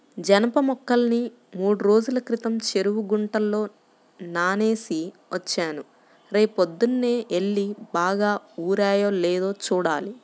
జనప మొక్కల్ని మూడ్రోజుల క్రితం చెరువు గుంటలో నానేసి వచ్చాను, రేపొద్దన్నే యెల్లి బాగా ఊరాయో లేదో చూడాలి